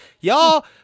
y'all